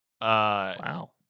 wow